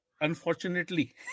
unfortunately